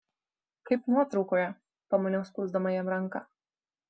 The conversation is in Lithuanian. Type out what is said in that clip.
kaip nuotraukoje pamaniau spausdama jam ranką